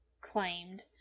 claimed